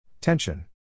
Tension